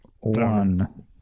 one